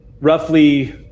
roughly